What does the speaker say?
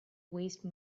waste